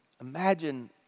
imagine